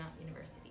University